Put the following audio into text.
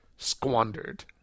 squandered